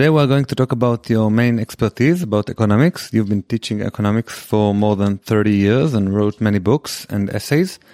היום אנחנו הולכים לדבר על עצמכם הראשון, על אקונומיקה. אתה הולך ללכת על אקונומיקה לפני יותר מ-30 שנה וכתב הרבה קטעים ומדעים.